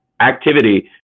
activity